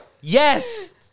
Yes